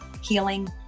healing